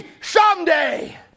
someday